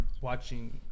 watching